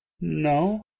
No